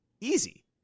easy